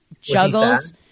juggles